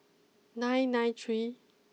nine nine three